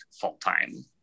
full-time